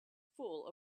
full